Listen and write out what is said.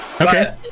Okay